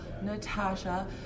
Natasha